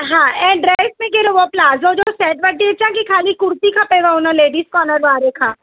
हा ऐं ड्रेस में कहिड़ो मोकिला जो जो स्टेंड वठी अचां की ख़ाली कुर्ती खपेव हुन लेडीस कार्नर वारे खां